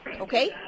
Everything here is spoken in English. Okay